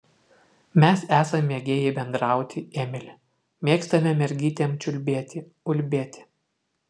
mes esam mėgėjai bendrauti emili mėgstame mergytėm čiulbėti ulbėti